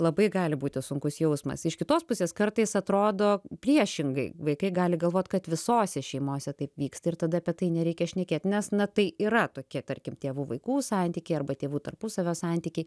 labai gali būti sunkus jausmas iš kitos pusės kartais atrodo priešingai vaikai gali galvot kad visose šeimose taip vyksta ir tada apie tai nereikia šnekėt nes na tai yra tokie tarkim tėvų vaikų santykiai arba tėvų tarpusavio santykiai